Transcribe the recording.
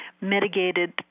mitigated